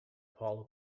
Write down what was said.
paula